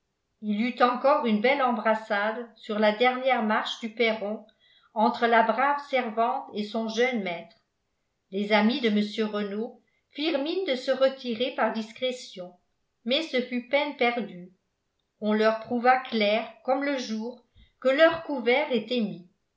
il y eut encore une belle embrassade sur la dernière marche du perron entre la brave servante et son jeune maître les amis de mr renault firent mine de se retirer par discrétion mais ce fut peine perdue on leur prouva clair comme le jour que leur couvert était mis